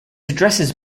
addresses